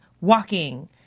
walking